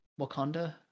Wakanda